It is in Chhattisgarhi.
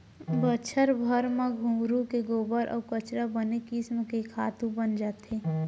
बछर भर म घुरूवा के गोबर अउ कचरा ह बने किसम के खातू बन जाथे